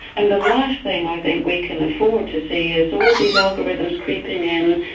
and the last thing i think we can afford to see is all of these algorithms creeping in,